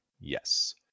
yes